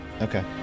Okay